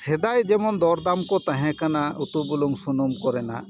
ᱥᱮᱫᱟᱭ ᱡᱮᱢᱚᱱ ᱫᱚᱨᱫᱟᱢ ᱠᱚ ᱛᱟᱦᱮᱸ ᱠᱟᱱᱟ ᱩᱛᱩ ᱵᱩᱞᱩᱝ ᱥᱩᱱᱩᱢ ᱠᱚᱨᱮᱱᱟᱜ